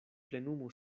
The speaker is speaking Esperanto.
plenumu